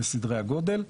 בסדרי הגודל.